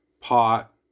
pot